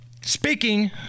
Speaking